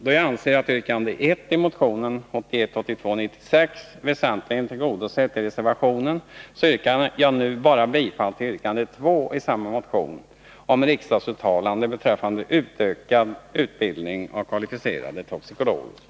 Då jag anser yrkande 1 i motion 1981/82:96 väsentligen tillgodosett genom reservationen, yrkar jag nu bara bifall till yrkande 2 i samma motion, om riksdagsuttalande beträffande utökning av utbildningen av kvalificerade toxikologer.